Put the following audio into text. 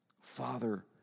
Father